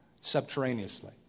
subterraneously